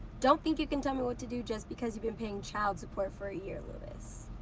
don't think you can tell me what to do just because you've been paying child support for a year, louis.